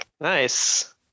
Nice